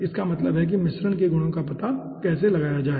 इसका मतलब है कि मिश्रण के गुणों का पता कैसे लगाया जाए